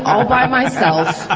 all by myself. ah